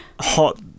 hot